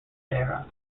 era